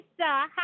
Hi